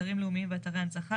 אתרים לאומיים ואתרי הנצחה,